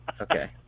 okay